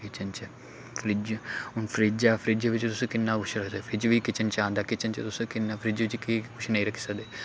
kitchen च fridge हून fridge ऐ फ्रिज बिच्च तुस किन्ना कुछ रखदे फ्रिज बी किचन च आंदा किचन च तुस किन्ना फ्रिज च केह् कुछ नेईं रक्खी सकदे